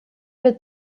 wird